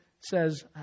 says